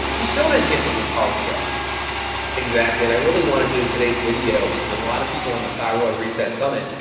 you still didn't get the root cause addressed exactly. and i really wanted through today's video because a lot of people on thyroid reset summit,